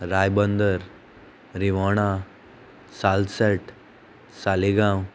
Ribandar Rivona Salcete Salegaon